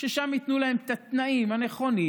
שבהן ייתנו להם את התנאים הנכונים,